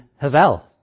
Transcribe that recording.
Havel